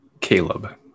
Caleb